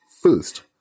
First